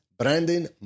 Brandon